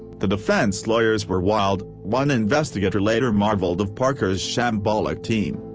the defense lawyers were wild, one investigator later marveled of parker's shambolic team.